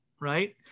right